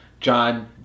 John